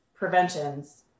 preventions